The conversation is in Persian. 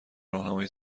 راهنمای